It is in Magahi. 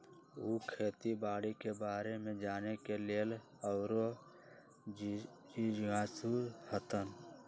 उ खेती बाड़ी के बारे में जाने के लेल आउरो जिज्ञासु हतन